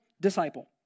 disciple